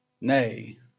Nay